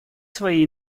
свои